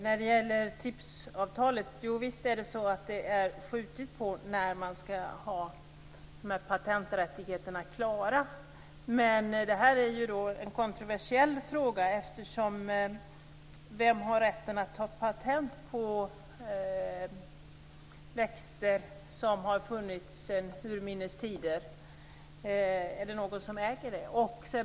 När det gäller TRIPS-avtalet är det förvisso så att man har skjutit på den tidpunkt då man skall ha de här patenträttigheterna klara. Men det här är en kontroversiell fråga. Vem har rätten att ta patent på växter som har funnits sedan urminnes tider? Är det någon som äger detta?